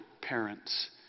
parents